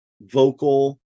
vocal